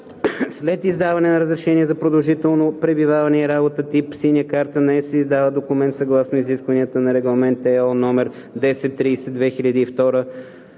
След издаване на разрешение за продължително пребиваване и работа тип „Синя карта на ЕС“ се издава документ съгласно изискванията на Регламент (ЕО) № 1030/2002,